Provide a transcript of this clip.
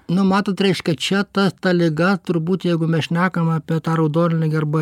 nu matot reiškia čia ta ta liga turbūt jeigu mes šnekam apie tą raudonligę arba